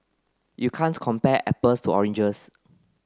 you can't compare apples to oranges